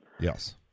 Yes